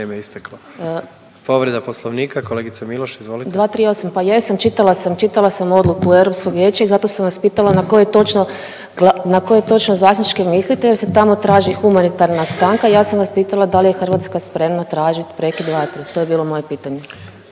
Hrvatska spremna tražit prekid vatre, to je bilo moje pitanje.